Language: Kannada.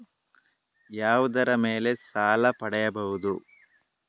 ಯಾವುದರ ಮೇಲೆ ಸಾಲ ಪಡೆಯಬಹುದು?